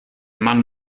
mann